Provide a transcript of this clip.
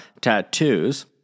tattoos